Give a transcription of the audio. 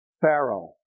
Pharaoh